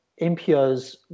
MPOs